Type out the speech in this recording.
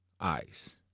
eyes